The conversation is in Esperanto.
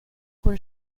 kun